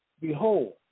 Behold